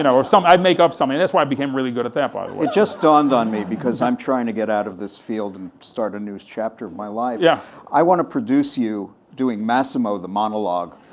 and or so i'd make up something, that's why i became really good at that, by the way. it just dawned on me because i'm trying to get out of this field an start a new chapter of my life, yeah i wanna produce you doing massimo the monologue.